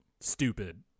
stupid